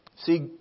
See